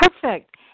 Perfect